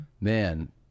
Man